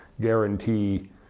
guarantee